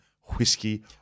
Whiskey